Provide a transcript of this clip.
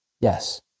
Yes